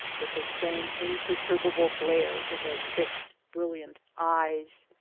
with the same imperturbable glare in their fixed, brilliant eyes.